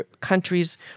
countries